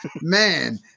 Man